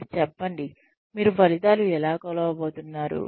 వారికి చెప్పండి మీరు ఫలితాలు ఎలా కొలవబోతున్నారు